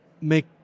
make